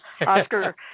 Oscar